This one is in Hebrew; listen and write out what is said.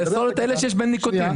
תאסור את אלו שיש בהן ניקוטין.